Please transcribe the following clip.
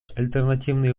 альтернативные